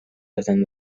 within